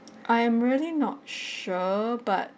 I am really not sure but